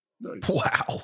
Wow